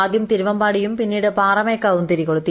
ആദ്യം തിരുവമ്പാടിയും പിന്നീട് പാറമേക്കാവും തിരികൊളുത്തി